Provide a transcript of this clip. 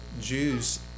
Jews